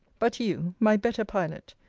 but you, my better pilot,